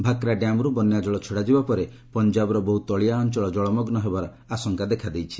ଭାକ୍ରା ଡ୍ୟାମ୍ର୍ ବନ୍ୟାଜଳ ଛଡ଼ାଯିବା ପରେ ପଞ୍ଜାବର ବହ୍ର ତଳିଆ ଅଞ୍ଚଳ ଜଳମଗୁ ହେବାର ଆଶଙ୍କା ଦେଖାଦେଇଛି